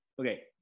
okay